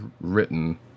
written